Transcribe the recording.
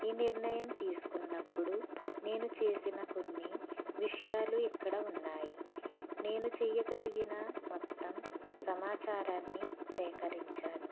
ఈ నిర్ణయం తీసుకున్నప్పుడు నేను చేసిన కొన్ని విషయాలు ఇక్కడ ఉన్నాయి నేను చేయగలిగిన మొత్తం సమాచారాన్ని సేకరించాను